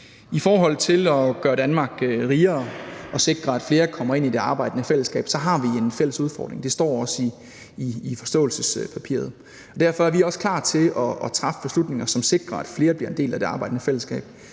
I forhold til at gøre Danmark rigere og sikre, at flere kommer ind i det arbejdende fællesskab, har vi en fælles udfordring. Det står også i forståelsespapiret. Derfor er vi også klar til at træffe beslutninger, som sikrer, at flere bliver en del af det arbejdende fællesskab.